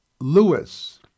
Lewis